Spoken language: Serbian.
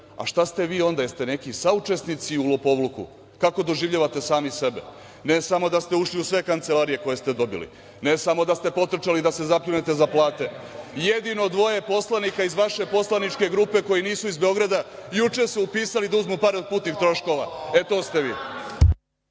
a šta ste vi onda, jel ste neki saučesnici u lopovluku? Kako doživljavate sami sebe? Ne samo da ste ušli u sve kancelarije koje ste dobili, ne samo da ste potrčali da se zapljunete za plate, jedino dvoje poslanika iz vaše poslaničke grupe koji nisu iz Beograda juče su se upisali da uzmu pare od putnih troškova, eto to ste vi.